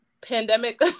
pandemic